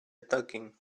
talking